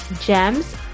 gems